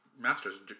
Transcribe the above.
master's